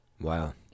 Wow